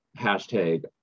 hashtag